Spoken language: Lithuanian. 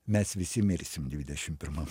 mes visi mirsim dvidešim pirmam